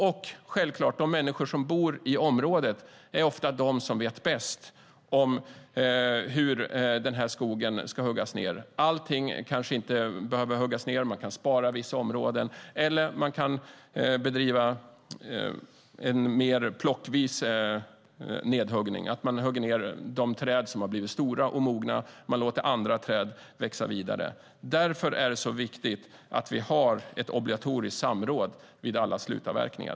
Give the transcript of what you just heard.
Och självklart är de människor som bor i området ofta de som vet bäst hur skogen ska huggas ned. Allting kanske inte behöver huggas ned. Man kan spara vissa områden eller bedriva en mer plockvis nedhuggning, att man hugger ned de träd som har blivit stora och mogna och låter andra träd växa vidare. Därför är det så viktigt att ha ett obligatoriskt samråd vid alla slutavverkningar.